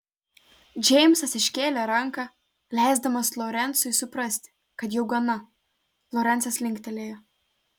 džeimsas iškėlė ranką leisdamas lorencui suprasti kad jau gana lorencas linktelėjo